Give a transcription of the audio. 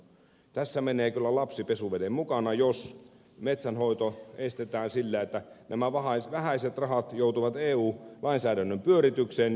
tässä menee kyllä lapsi pesuveden mukana jos metsänhoito estetään sillä että nämä vähäiset rahat joutuvat eu lainsäädännön pyöritykseen